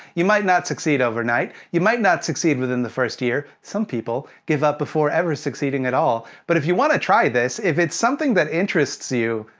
you might not succeed overnight. you might not succeed within the first year. some people give up before ever succeeding at all. but if you wanna try this, if it's something that interests you.